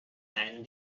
and